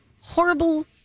horrible